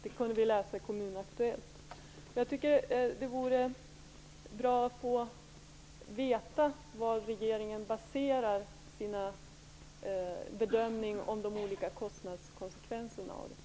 Det kunde vi läsa i Kommun Jag tycker att det vore bra att få veta vad regeringen baserar sin bedömning av de olika kostnadskonsekvenserna på.